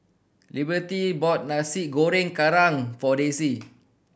Liberty bought Nasi Goreng Kerang for Daisye